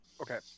okay